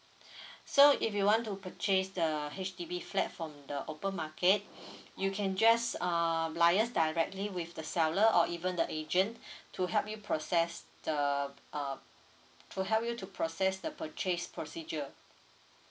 so if you want to purchase the H_D_B flat from the open market you can just uh liaise directly with the seller or even the agent to help you process the err to help you to process the purchase procedure